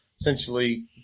essentially